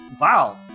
Wow